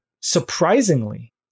Surprisingly